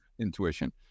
intuition